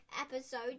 episode